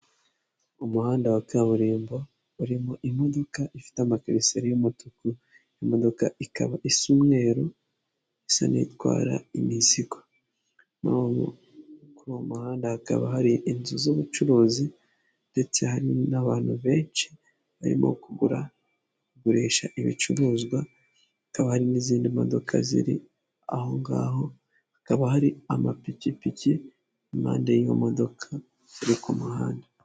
Umuhanda wa kaburimbo urimo imodoka ifite amakarisori y'umutuku imodoka ikaba isa umweru. Isa n'itwara imizigo kuri uwo muhanda hakaba hari inzu z'ubucuruzi ndetse hari n'abantu benshi barimo kugura bagurisha ibicuruzwa bikaba hari n'izindi modoka ziri ahongaho hakaba hari amapikipiki'pande y'iyo modoka iriri ku muhanda.